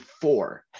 four